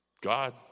God